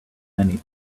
many